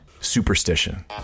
Superstition